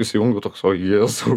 įsijungiu toks o jėzau